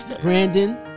Brandon